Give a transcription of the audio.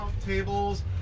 tables